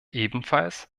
ebenfalls